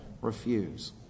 refuse